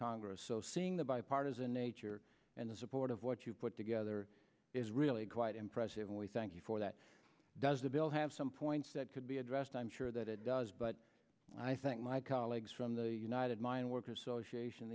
congress so seeing the bipartisan nature and the support of what you put together is really quite impressive and we thank you for that does the bill have some points that could be addressed i'm sure that it does but i think my colleagues from the united mine workers so